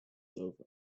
over